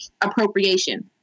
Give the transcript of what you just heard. appropriation